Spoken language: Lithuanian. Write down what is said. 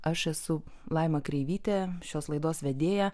aš esu laima kreivytė šios laidos vedėja